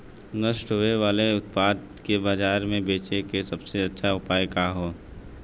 नष्ट होवे वाले उतपाद के बाजार में बेचे क सबसे अच्छा उपाय का हो?